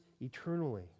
eternally